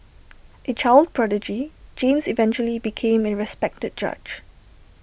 A child prodigy James eventually became A respected judge